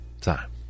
time